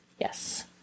Yes